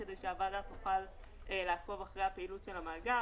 כדי שהוועדה תוכל לעקוב אחר הפעילות של המאגר,